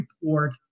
report